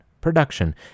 production